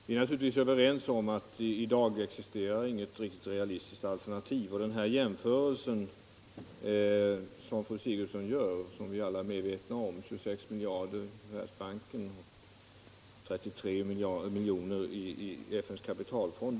Herr talman! Vi är naturligtvis överens om att det i dag inte existerar något realistiskt alternativ. Det visar bl.a. den jämförelse som fru Sigurdsen gör och som vi alla är medvetna om: 26 miljarder kronor i Världsbanken och 33 miljoner i FN:s kapitalfond.